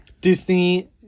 Disney